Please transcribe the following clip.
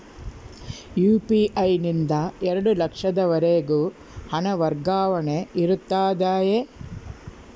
UPI ನಿಂದ ಎರಡು ಲಕ್ಷದವರೆಗೂ ಹಣ ವರ್ಗಾವಣೆ ಇರುತ್ತದೆಯೇ?